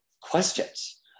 questions